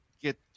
get